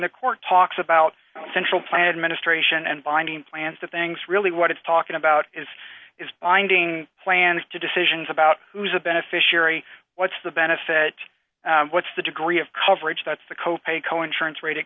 the court talks about central planted ministration and binding plants to things really what it's talking about is it's blinding plans to decisions about who's a beneficiary what's the benefit what's the degree of coverage that's the co pay co insurance rate